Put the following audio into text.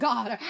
God